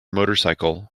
motorcycle